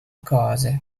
cose